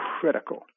critical